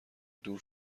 دور